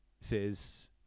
says